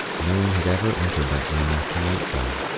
no one had ever entered that room after nightfall.